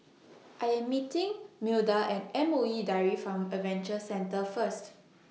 I Am meeting Milda At M O E Dairy Farm Adventure Centre First